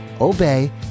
obey